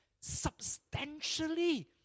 substantially